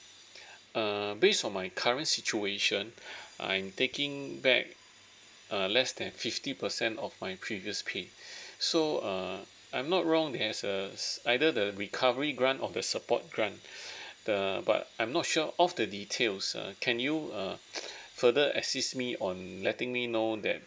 ah based on my current situation I'm taking back err less than fifty percent of my previous pay so err I'm not wrong there's a either the recovery grant or the support grant err but I'm not sure of the details uh can you uh further assist me on letting me know that